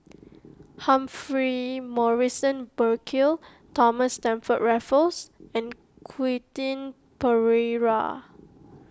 Humphrey Morrison Burkill Thomas Stamford Raffles and Quentin Pereira